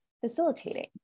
facilitating